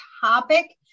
topic